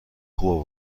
خوب